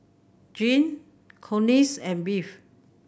Jeanne Collins and Bev